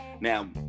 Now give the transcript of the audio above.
now